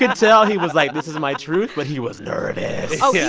yeah so tell he was like, this is my truth, but he was nervous oh, yeah